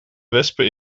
wespen